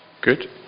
Good